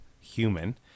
human